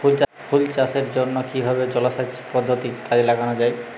ফুল চাষের জন্য কিভাবে জলাসেচ পদ্ধতি কাজে লাগানো যাই?